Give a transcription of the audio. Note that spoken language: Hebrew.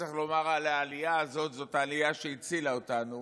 וצריך לומר על העלייה הזאת שזאת עלייה שהצילה אותנו,